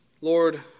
Lord